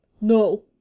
No